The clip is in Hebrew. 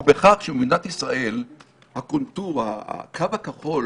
ההבדל הוא בכך שבמדינת ישראל הקונטור, הקו הכחול